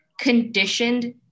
conditioned